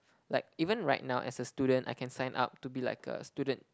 like even right now as a student I can sign up to be like a student